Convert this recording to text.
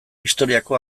historiako